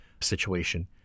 situation